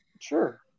Sure